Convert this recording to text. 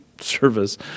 service